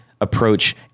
approach